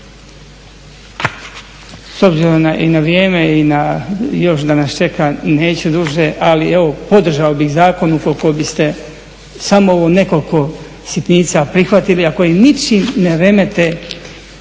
S obzirom na vrijeme i na još da nas čeka, neću duže, ali evo podržao bih zakon ukoliko biste samo u nekoliko sitnica prihvatili, ako i ničim ne remete